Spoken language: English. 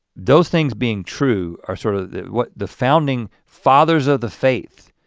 those things being true are sort of what the founding fathers of the faith